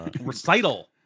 Recital